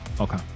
Okay